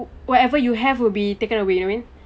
whatever you have would be taken away you know what I mean